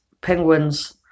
Penguin's